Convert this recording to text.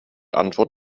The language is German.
antwort